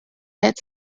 had